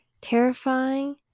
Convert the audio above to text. terrifying